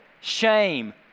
shame